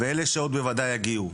ואלה שעוד בוודאי יגיעו.